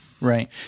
Right